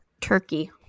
turkey